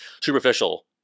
superficial